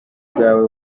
ubwawe